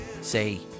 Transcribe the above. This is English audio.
say